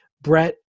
Brett